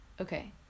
Okay